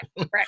right